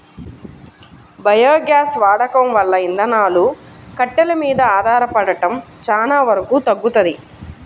biogas వాడకం వల్ల ఇంధనాలు, కట్టెలు మీద ఆధారపడటం చానా వరకు తగ్గుతది